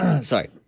Sorry